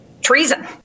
treason